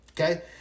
Okay